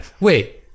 wait